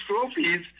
trophies